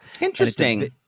Interesting